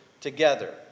together